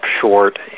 short